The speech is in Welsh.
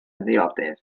ddiodydd